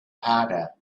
harder